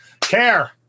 Care